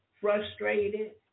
frustrated